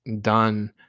done